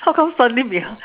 how come suddenly behi~